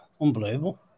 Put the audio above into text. Unbelievable